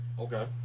Okay